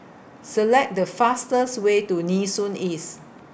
Select The fastest Way to Nee Soon East